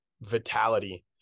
vitality